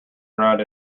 around